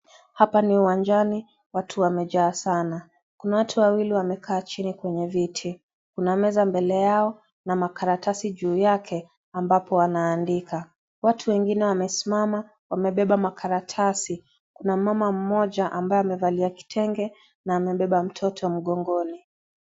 Hapa ni uwanjani watu wamejaa sana. Kuna watu wawili wamekaa chini kwenye viti ,kuna meza mbele yao na makaratasi juu yake ambapo anaandika. Watu wengine wamesimama ,wamebeba makaratasi kuna mama mmoja ambaye amevalia kitenge na amebeba mtoto mkongoni.